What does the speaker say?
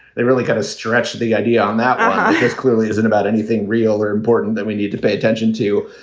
they really kind of stretch to the idea and that um ah this clearly isn't about anything real or important that we need to pay attention to.